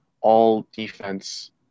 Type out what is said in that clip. All-Defense